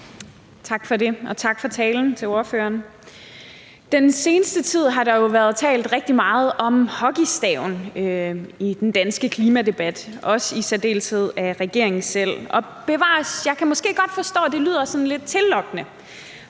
Tak for det, og tak til ordføreren for talen. Den seneste tid har der jo været talt rigtig meget om hockeystaven i den danske klimadebat, i særdeleshed af regeringen selv. Og bevares, jeg kan måske godt forstå, at det lyder sådan lidt tillokkende